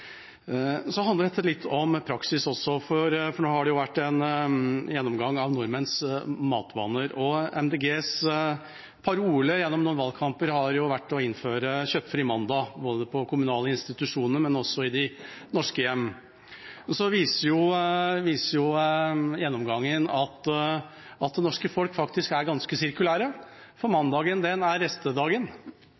Så handler dette litt om praksis også, for nå har det vært en gjennomgang av nordmenns matvaner. MDGs parole gjennom noen valgkamper har jo vært å innføre kjøttfri mandag på kommunale institusjoner og også i de norske hjem. Nå viser gjennomgangen at det norske folk faktisk er ganske sirkulære, for